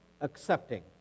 accepting